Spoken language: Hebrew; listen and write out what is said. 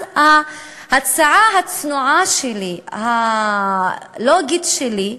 אז ההצעה הצנועה שלי, הלוגית שלי,